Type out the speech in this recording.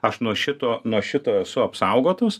aš nuo šito nuo šito esu apsaugotas